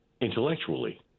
intellectually